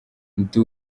ndi